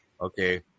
Okay